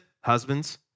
husbands